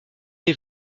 est